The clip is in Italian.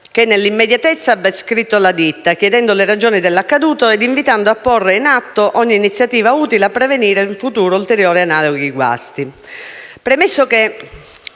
che nell'immediatezza abbia scritto alla ditta, chiedendo le ragioni dell'accaduto e invitando a porre in atto ogni iniziativa utile a prevenire in futuro ulteriori analoghi guasti. Premesso che